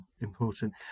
important